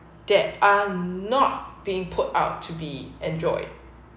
that are not being put out to be enjoyed